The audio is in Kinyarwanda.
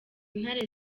ntare